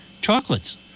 chocolates